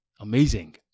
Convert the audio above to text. Amazing